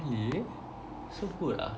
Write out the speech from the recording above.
really so good ah